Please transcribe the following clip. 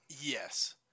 Yes